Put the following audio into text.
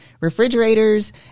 refrigerators